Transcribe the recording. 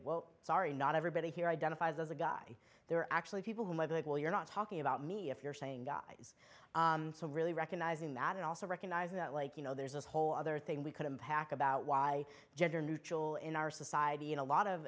well sorry not everybody here identifies as a guy there are actually people who might like well you're not talking about me if you're saying guys really recognizing that and also recognizing that like you know there's this whole other thing we could impact about why gender neutral in our society in a lot of